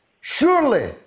surely